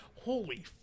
Holy